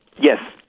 Yes